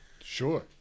Sure